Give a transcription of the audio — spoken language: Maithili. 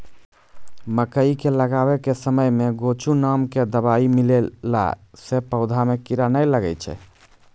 मकई के लगाबै के समय मे गोचु नाम के दवाई मिलैला से पौधा मे कीड़ा नैय लागै छै?